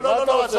לא, לא, עזוב.